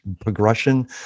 progression